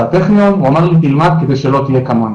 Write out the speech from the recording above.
הוא אמר תלמד כדי שלא תהיה כמוהם